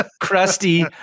crusty